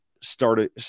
started